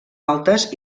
altes